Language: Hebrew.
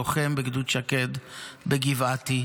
לוחם בגדוד שקד בגבעתי.